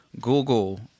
Google